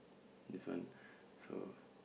this one so